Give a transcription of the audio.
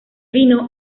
vino